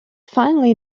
finally